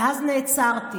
ואז נעצרתי